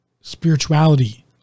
spirituality